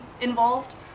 involved